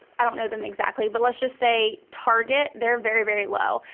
i know them exactly but let's just say target, they're very, very low.